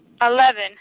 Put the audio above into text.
Eleven